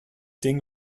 ding